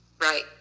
Right